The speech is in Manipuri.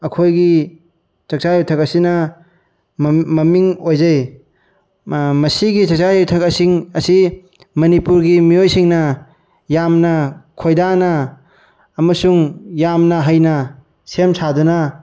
ꯑꯩꯈꯣꯏꯒꯤ ꯆꯥꯛꯆꯥ ꯌꯨꯊꯛ ꯑꯁꯤꯅ ꯃꯃꯤꯡ ꯑꯣꯏꯖꯩ ꯃꯁꯤꯒꯤ ꯆꯥꯛꯆꯥ ꯌꯨꯊꯛꯁꯤꯡ ꯑꯁꯤ ꯃꯅꯤꯄꯨꯔꯒꯤ ꯃꯤꯑꯣꯏꯁꯤꯡꯅ ꯌꯥꯝꯅ ꯈꯣꯏꯗꯥꯅ ꯑꯃꯁꯨꯡ ꯌꯥꯝꯅ ꯍꯩꯅ ꯁꯦꯝ ꯁꯥꯗꯨꯅ